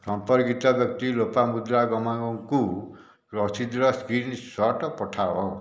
ସମ୍ପର୍କିତ ବ୍ୟକ୍ତି ଲୋପାମୁଦ୍ରା ଗମାଙ୍ଗଙ୍କୁ ରସିଦ୍ର ସ୍କ୍ରିନ୍ସଟ୍ ପଠାଅ